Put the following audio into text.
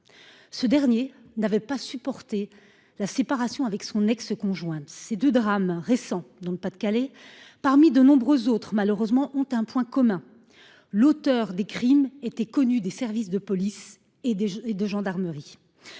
Ce dernier n'avait pas supporté la séparation avec son ex-conjointe. Ces deux drames récents dans le Pas-de-Calais parmi de nombreux autres malheureusement ont un point commun, l'auteur des crimes était connu des services de police et des et de gendarmerie.